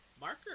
marker